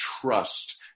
trust